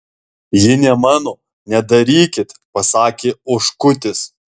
ji ne mano nedarykit pasakė oškutis